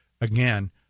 again